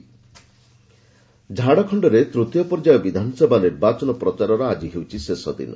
Jharkhand campaigning ଝାଡ଼ଖଶ୍ତରେ ତୃତୀୟ ପର୍ଯ୍ୟାୟ ବିଧାନସଭା ନିର୍ବାଚନ ପ୍ରଚାରର ଆଜି ହେଉଛି ଶେଷ ଦିନ